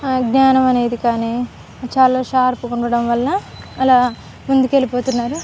జ్ఞానం అనేది కానీ చాలా షార్పు కొండడం వల్ల అలా ముందుకెళ్ళిపోతున్నారు